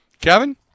Kevin